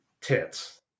tits